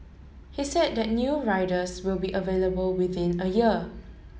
he said that new riders will be available within a year